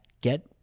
get